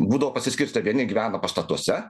būdavo pasiskirstę vieni gyvena pastatuose